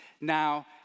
Now